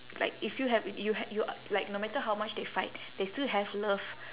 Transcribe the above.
like if you have you had you uh like no matter how much they fight they still have love